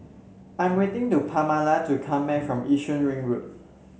I'm waiting to Pamala to come back from Yishun Ring Road